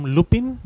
Lupin